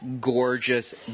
Gorgeous